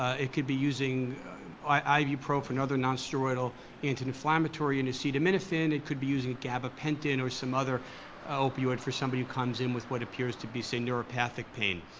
ah it could be using ibuprofen, other nonsteroidal anti-inflammatory, indocedominothen, it could be using a gabapentin or some other opioid for somebody who comes in with what appears to be, say, neuropathic pain.